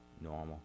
normal